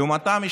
לעומתם,